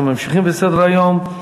אנחנו ממשיכים בסדר-היום: